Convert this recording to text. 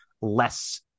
less